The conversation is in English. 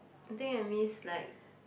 I think I miss like